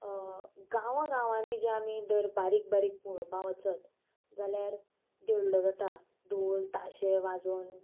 गांवां गांवांनी जे आमी जर बारीक बारीक पळोवपाक वचत जाल्यार देडलो जाता ढोल ताशे वाजोवन